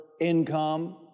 income